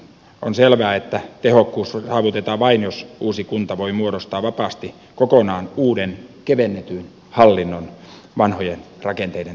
on selvää että tehokkuus saavutetaan vain jos uusi kunta voi muodostaa vapaasti kokonaan uuden kevennetyn hallinnon vanhojen rakenteiden tilalle